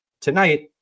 tonight